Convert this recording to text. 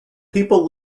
people